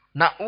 na